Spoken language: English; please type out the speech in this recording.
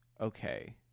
okay